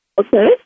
Okay